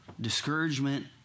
discouragement